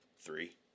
three